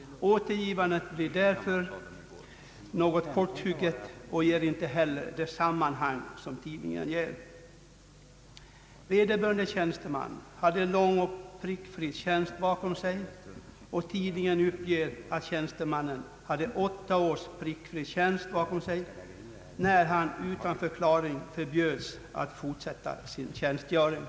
Återgivandet blir därför något korthugget och ger inte heller det sammanhang som tidningsartiklarna ger. Vederbörande tjänsteman hade enligt tidningen åtta års prickfri tjänst bakom sig, när han utan förklaring förbjöds att fortsätta sin tjänstgöring.